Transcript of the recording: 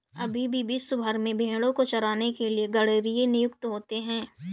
अभी भी विश्व भर में भेंड़ों को चराने के लिए गरेड़िए नियुक्त होते हैं